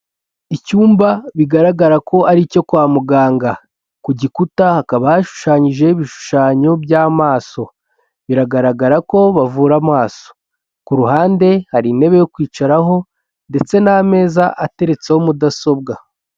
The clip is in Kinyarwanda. Icyumba bigaragara ko ari icyo kwa muganga, ku gikuta haba hashushanyijeho ibishushanyo bya'amaso, biragaragara ko bavura amaso, ku ruhande hari intebe yo kwicaraho ndetse n'amezaza ateretseho mudasobwa.